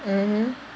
mmhmm